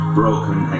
broken